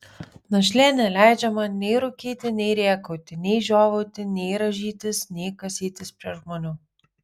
našlė neleidžia man nei rūkyti nei rėkauti nei žiovauti nei rąžytis nei kasytis prie žmonių